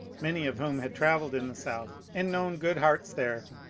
many of whom had travelled in the south and known good hearts there,